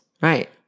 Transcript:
Right